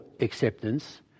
acceptance